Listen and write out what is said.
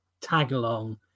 tag-along